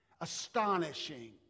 Astonishing